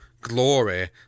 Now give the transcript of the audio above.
glory